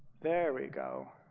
there we go.